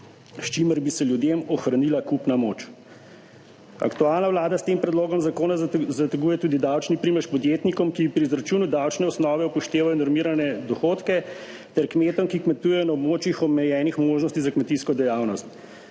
s čimer bi se ljudem ohranila kupna moč. Aktualna vlada s tem predlogom zakona zateguje tudi davčni primež podjetnikom, ki pri izračunu davčne osnove upoštevajo normirane dohodke, ter kmetom, ki kmetujejo na območjih omejenih možnosti za kmetijsko dejavnost.